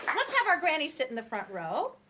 let's have our grannies sit in the front row.